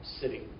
city